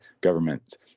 governments